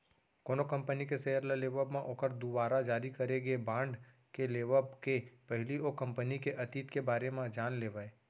कोनो कंपनी के सेयर ल लेवब म ओखर दुवारा जारी करे गे बांड के लेवब के पहिली ओ कंपनी के अतीत के बारे म जान लेवय